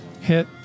Hit